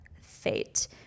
Fate